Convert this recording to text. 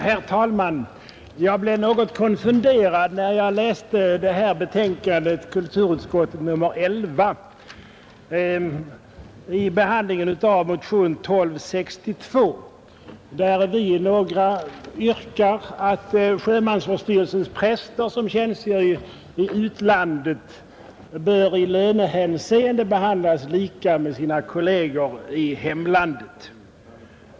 Herr talman! Jag blev något konfunderad när jag läste kulturutskottets betänkande nr 11, där bl.a. motionen 1262 behandlas. Vi är några stycken som i denna motion yrkar att sjömansvårdsstyrelsens präster som tjänstgör i utlandet bör i lönehänseende behandlas på samma sätt som sina kolleger i hemlandet.